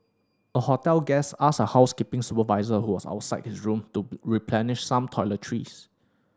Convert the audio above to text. a hotel guest asked a housekeeping supervisor who was outside his room to replenish some toiletries